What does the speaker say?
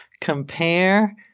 compare